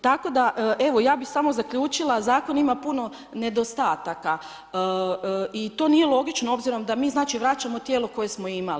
Tako, da evo, ja bi samo zaključila, zakon ima puno nedostataka i to nije logično, obzirom da mi znači vraćamo tijelo koje smo imali.